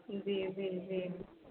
जी जी जी